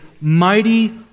mighty